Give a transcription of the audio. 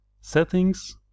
settings